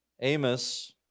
Amos